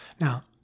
Now